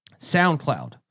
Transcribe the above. SoundCloud